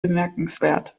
bemerkenswert